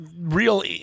real